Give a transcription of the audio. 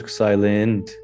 silent